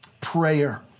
prayer